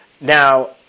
Now